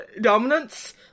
dominance